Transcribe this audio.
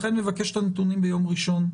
לכן אני מבקש לקבל את הנתונים ביום ראשון.